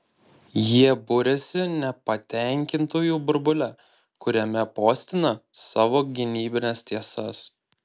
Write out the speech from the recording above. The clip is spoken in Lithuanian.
jie buriasi nepatenkintųjų burbule kuriame postina savo gynybines tiesas